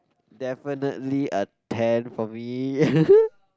definitely a ten for me